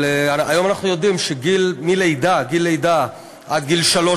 אבל היום אנחנו יודעים שגיל לידה עד גיל שלוש,